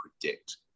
predict